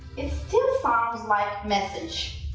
still sounds like a message,